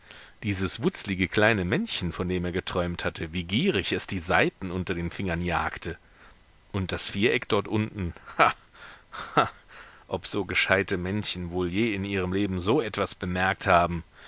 dieses wutzlige kleine männchen von dem er geträumt hatte wie gierig es die seiten unter den fingern jagte und das viereck dort unten ha ha ob so gescheite männchen wohl je in ihrem leben so etwas bemerkt haben